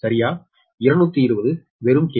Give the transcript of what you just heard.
சரியா 220 வெறும் K